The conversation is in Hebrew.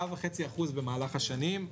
הוא גדל ב-4.5% במהלך השנים.